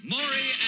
Maury